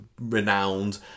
renowned